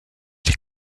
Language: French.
les